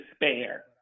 despair